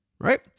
Right